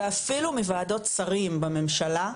ואפילו מוועדות שרים בממשלה,